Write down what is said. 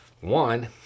one